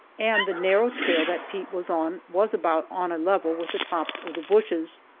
and the narrow trail that pete was on was about on a level with the tops of the bushes.